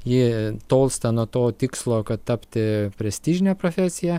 ji tolsta nuo to tikslo kad tapti prestižine profesija